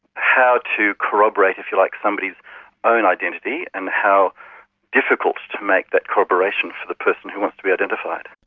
how to corroborate, if you like, somebody's own identity and how difficult to make that corroboration for the person who wants to be identified.